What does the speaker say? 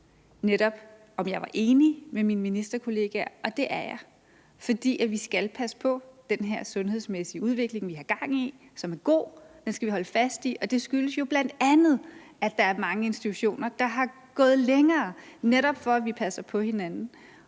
på: om jeg var enig med mine ministerkollegaer. Og det er jeg, fordi vi skal passe på den her sundhedsmæssige udvikling, vi har gang i, og som er god – den skal vi holde fast i. Det skyldes jo bl.a., at der er mange institutioner, der er gået længere, netop for at vi passer på hinanden.